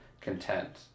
content